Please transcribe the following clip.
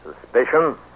suspicion